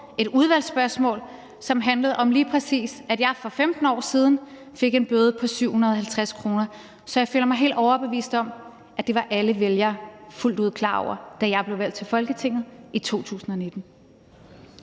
et udvalgsspørgsmål, som lige præcis handlede om, at jeg for 15 år siden fik en bøde på 750 kr. Så jeg føler mig helt overbevist om, at det var alle vælgere fuldt ud klar over, da jeg blev valgt til Folketinget i 2019.